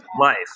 life